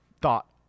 thought